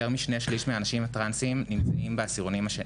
יותר משני שליש מהאנשים הטרנסים נמצאים בעשירונים התחתונים.